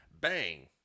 Bang